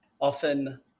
Often